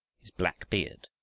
his black beard,